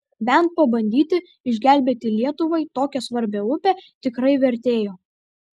bent pabandyti išgelbėti lietuvai tokią svarbią upę tikrai vertėjo